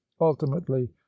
Ultimately